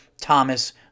Thomas